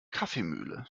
kaffeemühle